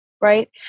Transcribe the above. right